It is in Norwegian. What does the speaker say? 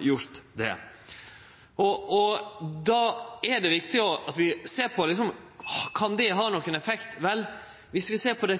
gjort det. Då er det viktig at vi ser om det kan ha nokon effekt. Vel, viss vi ser på dei